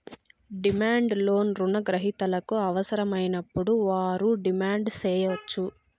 demand loan రుణ గ్రహీతలకు అవసరమైనప్పుడు వారు డిమాండ్ సేయచ్చు